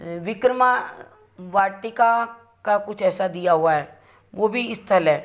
विक्रमा वाटिका का कुछ ऐसा दिया हुआ है वह भी तीर्थस्थल है